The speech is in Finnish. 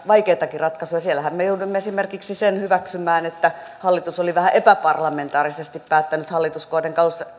vaikeitakin ratkaisuja siellähän me jouduimme hyväksymään esimerkiksi sen että hallitus oli vähän epäparlamentaarisesti päättänyt hallituskauden